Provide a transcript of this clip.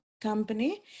company